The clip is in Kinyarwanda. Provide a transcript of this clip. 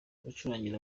gucurangira